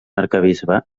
arquebisbe